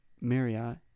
Marriott